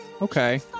Okay